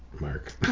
Mark